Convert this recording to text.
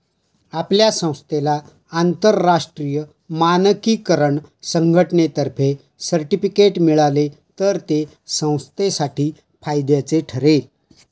आपल्या संस्थेला आंतरराष्ट्रीय मानकीकरण संघटनेतर्फे सर्टिफिकेट मिळाले तर ते संस्थेसाठी फायद्याचे ठरेल